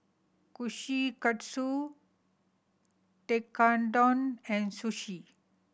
Kushikatsu Tekkadon and Sushi